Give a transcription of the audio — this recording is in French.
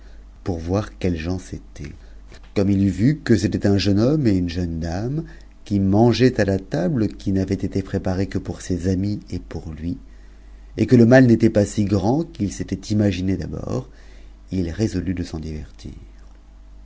pour voir quelles gens c'étaient comme it eut vu que c'était un jeune homme et une jeune dame qui mangeaient à la table qui n'avait été prémt'ee que pour ses amis et pour lui et que le mal n'était pas si grand qu'il s'était imaginé d'abord il résolut de s'en divertir